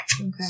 Okay